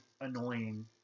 annoying